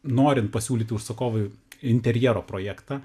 norint pasiūlyti užsakovui interjero projektą